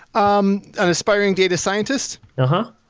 um an aspiring data scientist? aha!